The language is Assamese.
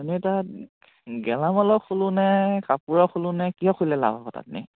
তুমি তাত গেলামালৰ খোলো নে কাপোৰৰ খোলো নে কিহৰ খুলিলে লাভ হ'ব তাত নি